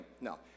no